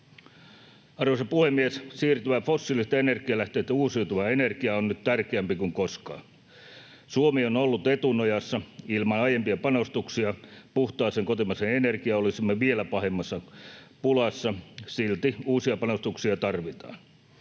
Arvoisa puhemies! Siirtymä fossiilisista energianlähteistä uusiutuvaan energiaan on nyt tärkeämpi kuin koskaan. Suomi on ollut etunojassa. Ilman aiempia panostuksia puhtaaseen kotimaiseen energiaan olisimme vielä pahemmassa pulassa — silti uusia panostuksia tarvitaan.